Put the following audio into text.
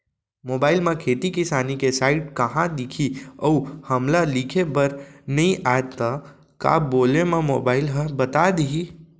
Mobile म खेती किसानी के साइट कहाँ दिखही अऊ हमला लिखेबर नई आय त का बोले म मोबाइल ह बता दिही?